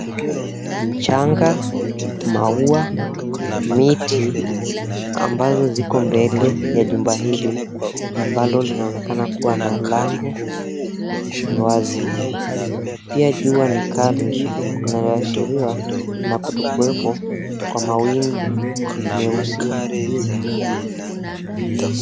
Mchanga, maua, miti ambazo ziko mbele ya jumba hili, ambalo linaonekana kuwa na lango wazi. Pia jua ni kali inayoashiriwa na kutokuwepo kwa mawingu meusi.